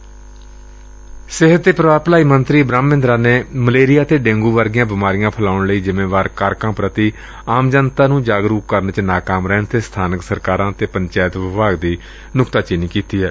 ਪੰਜਾਬ ਦੇ ਸਿਹਤ ਤੇ ਪਰਿਵਾਰ ਭਲਾਈ ਮੰਤਰੀ ਬ੍ਹਹਮ ਮਹਿੰਦਰਾ ਨੇ ਮਲੇਰੀਆ ਤੇ ਡੇਂਗੁ ਵਰਗੀਆਂ ਬੀਮਾਰੀਆਂ ਫੈਲਾਉਣ ਲਈ ਜਿੰਮੇਵਾਰ ਕਾਰਕਾ ਪ੍ਰਤੀ ਆਮ ਜਨਤਾ ਨੂੰ ਜਾਗਰੁਕ ਕਰਨ ਚ ਨਾਕਾਮ ਰਹਿਣ ਤੇ ਸਥਾਨਕ ਸਰਕਾਰਾਂ ਅਤੇ ਪੰਚਾਇਤ ਵਿਭਾਗ ਦੀ ਨੁਕਤਾਚੀਨੀ ਕੀਤੀ ਏ